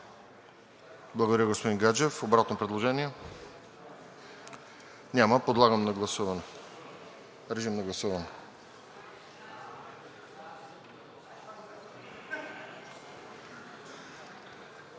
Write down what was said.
Благодаря, господин Гаджев. Обратно предложение? Няма. Подлагам на гласуване. Гласували